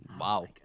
wow